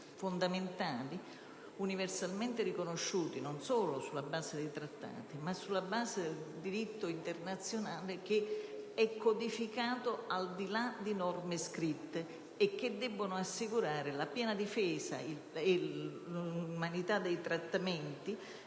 fondamentali, universalmente riconosciuti non solo sulla base dei trattati ma sulla base del diritto internazionale codificato al di là di norme scritte, che debbono assicurare la piena difesa e l'umanità dei trattamenti,